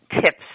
tips